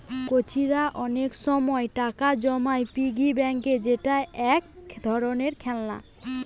কচিরা অনেক সময় টাকা জমায় পিগি ব্যাংকে যেটা এক ধরণের খেলনা